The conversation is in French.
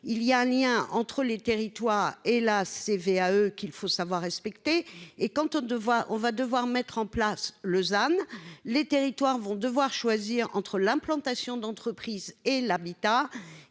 il y a un lien entre les territoires et la CVAE qu'il faut savoir respecter et quand on de voix, on va devoir mettre en place, Lausanne les territoires vont devoir choisir entre l'implantation d'entreprises et l'habitat,